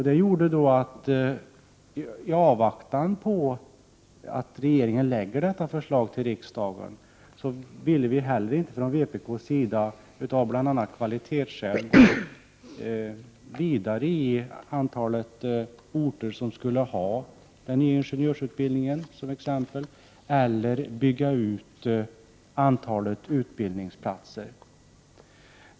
Det gjorde att vi i vpk, i avvaktan på detta förslag från regeringen, bl.a. av kvalitetsskäl inte ville gå längre i fråga om antalet orter som skulle ha denna ingenjörsutbildning eller bygga ut antalet utbildningsplatser.